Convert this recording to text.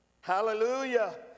hallelujah